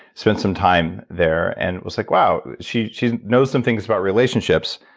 spent some time there and it was like, wow she she know some things about relationships.